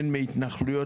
הן מהתנחלויות.